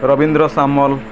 Rabindra Samal